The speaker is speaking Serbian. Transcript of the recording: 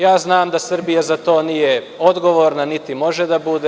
Ja znam da Srbija za to nije odgovorna, niti može da bude.